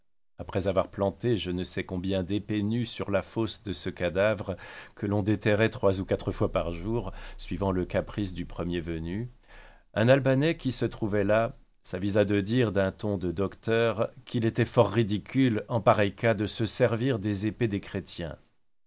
après avoir planté je ne sais combien d'épées nues sur la fosse de ce cadavre que l'on déterrait trois ou quatre fois par jour suivant le caprice du premier venu un albanais qui se trouvait là s'avisa de dire d'un ton de docteur qu'il était fort ridicule en pareil cas de se servir des épées des chrétiens